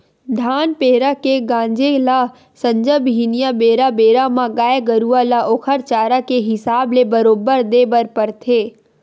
धान पेरा के गांजे ल संझा बिहनियां बेरा बेरा म गाय गरुवा ल ओखर चारा के हिसाब ले बरोबर देय बर परथे